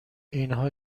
اینها